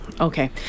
Okay